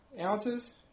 Ounces